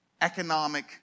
economic